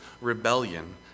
rebellion